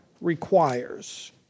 requires